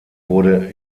wurde